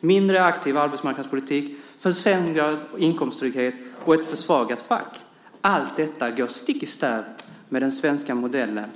En mindre aktiv arbetsmarknadspolitik, försämrad inkomsttrygghet och ett försvagat fack - allt detta går stick i stäv med den svenska modellen